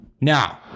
Now